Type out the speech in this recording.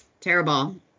Terrible